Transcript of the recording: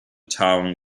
town